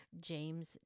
James